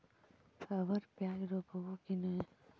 अबर प्याज रोप्बो की नय?